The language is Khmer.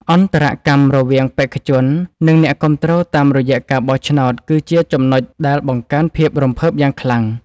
អន្តរកម្មរវាងបេក្ខជន និង អ្នកគាំទ្រតាមរយៈការបោះឆ្នោតគឺជាចំណុចដែលបង្កើនភាពរំភើបយ៉ាងខ្លាំង។